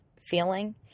feeling